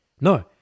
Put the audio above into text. No